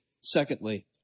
secondly